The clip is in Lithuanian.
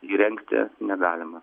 įrengti negalima